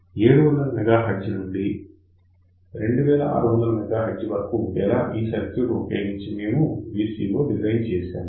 700 MHz నుండి 2600 MHz వరకు ఉండేలా ఈ సర్క్యూట్ ఉపయోగించి మేము VCO డిజైన్ చేశాము